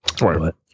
Right